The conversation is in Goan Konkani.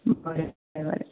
बरें बरें